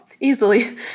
easily